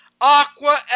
Aqua